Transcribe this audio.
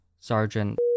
Sergeant